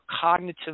cognitive